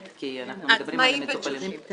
כי אנחנו מדברים על המטופלים של --- עצמאים ותשושים,